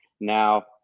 now